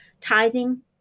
tithing